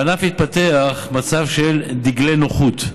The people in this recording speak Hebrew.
בענף התפתח מצב של דגלי נוחות,